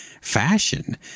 fashion